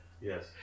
Yes